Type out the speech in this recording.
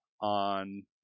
on